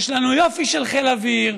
יש לנו יופי של חיל אוויר,